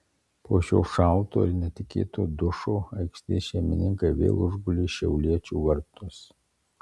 po šio šalto ir netikėto dušo aikštės šeimininkai vėl užgulė šiauliečių vartus